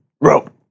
rope